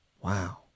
Wow